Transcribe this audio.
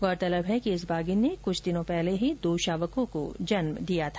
गौरतलब है कि इस बाधिन ने कुछ दिनों पूर्व ही दो शावकों को जन्म दिया था